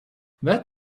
that